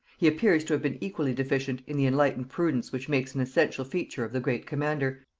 he appears to have been equally deficient in the enlightened prudence which makes an essential feature of the great commander,